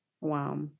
Wow